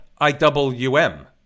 IWM